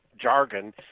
jargon